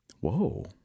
Whoa